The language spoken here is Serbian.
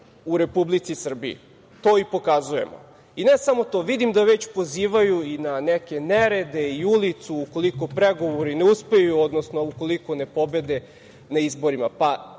u Republici Srbiji. To i pokazujemo. I ne samo to, vidim da već pozivaju i na neke nerede i ulicu, ukoliko pregovori ne uspeju, odnosno ukoliko ne pobede na izborima. Kao